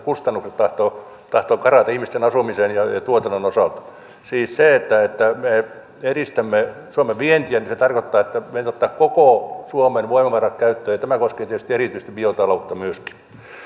missä kustannukset tahtovat tahtovat karata ihmisten asumisen ja tuotannon osalta siis se että että me edistämme suomen vientiä tarkoittaa että meidän täytyy ottaa koko suomen voimavarat käyttöön ja tämä koskee tietysti erityisesti biotaloutta myöskin